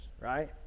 right